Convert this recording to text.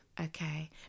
okay